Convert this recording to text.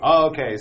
Okay